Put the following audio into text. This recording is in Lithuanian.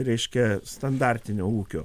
reiškia standartinio ūkio